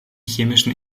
chemischen